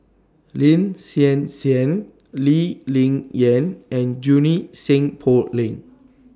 Lin Hsin Hsin Lee Ling Yen and Junie Sng Poh Leng